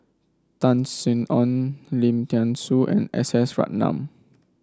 Tan Sin Aun Lim Thean Soo and S S Ratnam